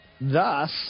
Thus